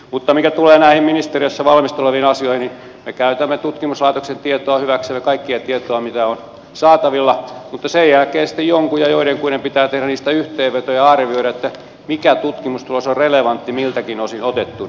mutta mitä tulee näihin ministeriössä valmistelussa oleviin asioihin niin me käytämme tutkimuslaitoksen tietoa hyväksemme kaikkea tietoa mitä on saatavilla mutta sen jälkeen sitten jonkun ja joidenkuiden pitää tehdä niistä yhteenveto ja arvioida mikä tutkimustulos on relevantti miltäkin osin otettuna